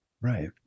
Right